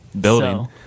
building